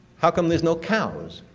how come there's no cows?